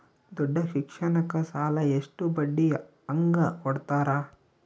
ದೊಡ್ಡ ಶಿಕ್ಷಣಕ್ಕ ಸಾಲ ಎಷ್ಟ ಬಡ್ಡಿ ಹಂಗ ಕೊಡ್ತಾರ?